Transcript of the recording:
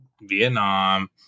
Vietnam